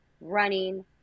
running